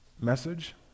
message